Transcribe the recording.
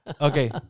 Okay